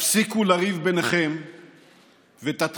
תפסיקו לריב ביניכם ותתחילו